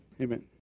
Amen